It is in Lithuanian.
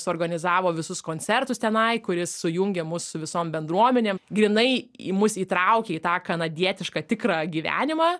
suorganizavo visus koncertus tenai kuris sujungė mus su visom bendruomenėm grynai į mus įtraukė į tą kanadietišką tikrą gyvenimą